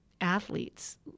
athletes